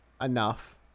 enough